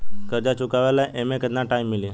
कर्जा चुकावे ला एमे केतना टाइम मिली?